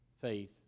faith